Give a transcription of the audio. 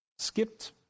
Skipped